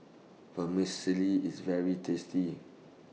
Vermicelli IS very tasty